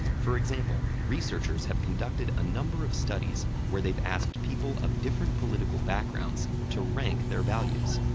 for example, researchers have conducted a number of studies where they've asked people of different political backgrounds to rank their values.